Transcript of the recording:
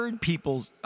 people